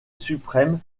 suprême